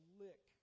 lick